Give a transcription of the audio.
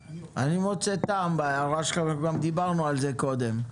אני מוצא טעם בהערה שלך וגם דיברנו על זה קודם.